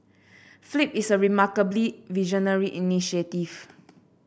flip is a remarkably visionary initiative